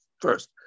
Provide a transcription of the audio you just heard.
first